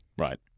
Right